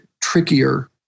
trickier